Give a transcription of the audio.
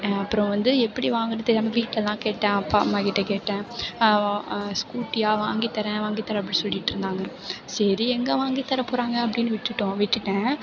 அப்பறம் வந்து எப்படி வாங்குறதுனு தெரியாமல் வீட்டிலலாம் கேட்டேன் அப்பா அம்மாக்கிட்டே கேட்டேன் ஸ்கூட்டியா வாங்கித்தர்றேன் வாங்கித்தர்றேன் அப்படின்னு சொல்லிட்டு இருந்தாங்க சரி எங்கே வாங்கித்தர போகிறாங்க அப்படின்னு விட்டுட்டோம் விட்டுட்டேன்